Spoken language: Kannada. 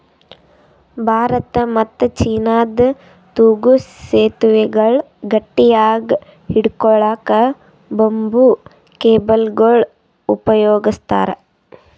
ಭಾರತ ಮತ್ತ್ ಚೀನಾದಾಗ್ ತೂಗೂ ಸೆತುವೆಗಳ್ ಗಟ್ಟಿಯಾಗ್ ಹಿಡ್ಕೊಳಕ್ಕ್ ಬಂಬೂ ಕೇಬಲ್ಗೊಳ್ ಉಪಯೋಗಸ್ತಾರ್